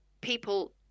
people